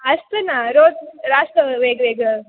असतं ना रोज वेगवेगळं